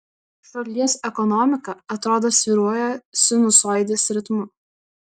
šalies ekonomika atrodo svyruoja sinusoidės ritmu